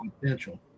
potential